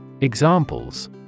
Examples